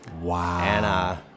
Wow